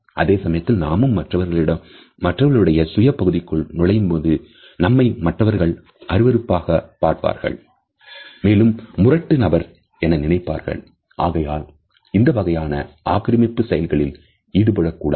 அதே சமயத்தில் நாமும் மற்றவர்களுடைய சுய பகுதிக்குள் நுழையும் போது நம்மை மற்றவர்கள் அருவருப்பாக பார்ப்பார்கள் மேலும் முரட்டு நபர் என நினைப்பார்கள் ஆகையால் இந்த வகையான ஆக்கிரமிப்பு செயல்பாடுகளில் ஈடுபடக்கூடாது